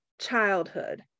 childhood